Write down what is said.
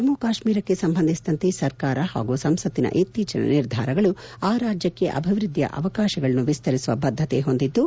ಜಮ್ನು ಕಾತ್ನೀರಕ್ಕೆ ಸಂಬಂಧಿಸಿದಂತೆ ಸರ್ಕಾರ ಹಾಗೂ ಸಂಸತ್ತಿನ ಇತ್ತೀಚಿನ ನಿರ್ಧಾರಗಳು ಆ ರಾಜ್ಯಕ್ಷೆ ಅಭಿವೃದ್ದಿಯ ಅವಕಾಶಗಳನ್ನು ವಿಸ್ತರಿಸುವ ಬದ್ದತೆ ಹೊಂದಿದ್ದು